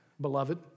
beloved